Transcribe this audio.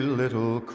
little